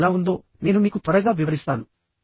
అది ఎలా ఉందో నేను మీకు త్వరగా వివరిస్తాను